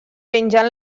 pengen